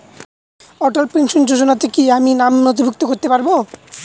অটল pension যোজনাতে কি আমি নাম নথিভুক্ত করতে পারবো?